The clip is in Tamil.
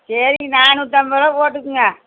சரி நானூற்றி ஐம்பது ரூபாய் போட்டுக்கோங்க